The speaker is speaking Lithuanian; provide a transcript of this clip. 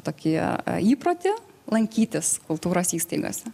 tokį įprotį lankytis kultūros įstaigose